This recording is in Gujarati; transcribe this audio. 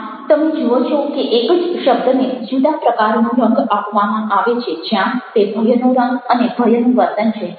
આમ તમે જુઓ છો કે એક જ શબ્દને જુદા પ્રકારનો રંગ આપવામાં આવે છે જ્યાં તે ભયનો રંગ અને ભયનું વર્તન છે